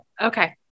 okay